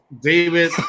David